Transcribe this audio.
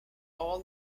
all